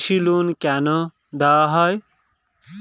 কৃষি লোন কেন দেওয়া হয়?